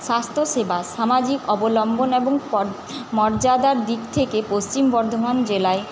স্বাস্থ্যসেবা সামাজিক অবলম্বন এবং পদ মর্যাদার দিক থেকে পশ্চিম বর্ধমান জেলায়